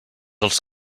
els